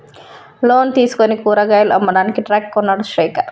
loan తీసుకుని కూరగాయలు అమ్మడానికి ట్రక్ కొన్నడు శేఖర్